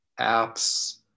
apps